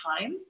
time